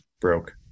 broke